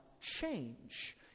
change